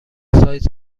سایز